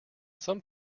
some